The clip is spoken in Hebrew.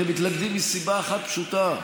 אתם מתנגדים מסיבה אחת פשוטה: